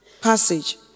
passage